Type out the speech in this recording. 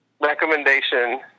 recommendation